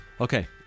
Okay